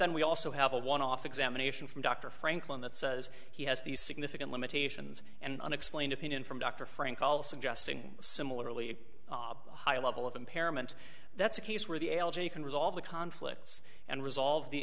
then we also have a one off examination from dr franklin that says he has these significant limitations and unexplained opinion from dr frank all suggesting similarly a high level of impairment that's a case where the l g can resolve the conflicts and resolve the